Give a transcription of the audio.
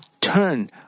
turn